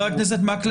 חבר הכנסת מקלב,